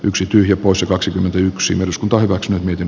yksityinen usa kaksikymmentäyksi linus torvalds miten